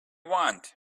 want